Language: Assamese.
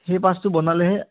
সেই পাছটো বনালেহে